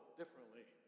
differently